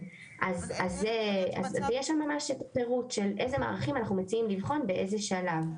אז יש שם ממש פירוט של איזה מערכים אנחנו מציעים לבחון ובאיזה שלב.